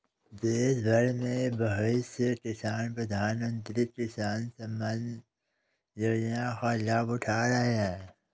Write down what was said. देशभर में बहुत से किसान प्रधानमंत्री किसान सम्मान योजना का लाभ उठा रहे हैं